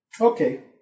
Okay